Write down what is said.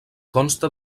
consta